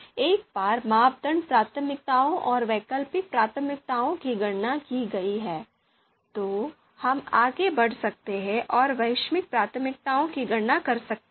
एक बार मापदंड प्राथमिकताओं और वैकल्पिक प्राथमिकताओं की गणना की गई है तो हम आगे बढ़ सकते हैं और वैश्विक प्राथमिकताओं की गणना कर सकते हैं